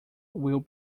will